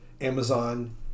Amazon